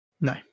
No